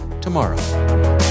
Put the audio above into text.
tomorrow